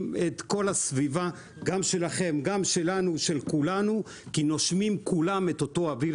את כל הסביבה של כולנו כי כולם נושמים את אותו אוויר,